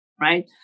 right